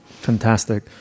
Fantastic